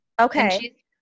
Okay